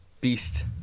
beast